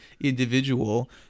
individual